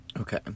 Okay